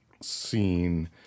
scene